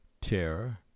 terror